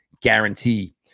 guarantee